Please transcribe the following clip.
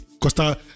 Costa